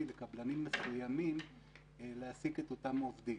לקבלנים מסוימים להעסיק את אותם עובדים.